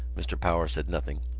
mr. power said nothing.